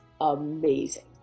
amazing